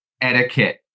etiquette